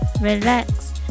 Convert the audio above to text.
relax